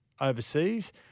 overseas